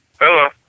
Hello